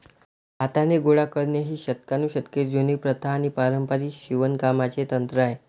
हाताने गोळा करणे ही शतकानुशतके जुनी प्रथा आणि पारंपारिक शिवणकामाचे तंत्र आहे